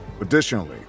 Additionally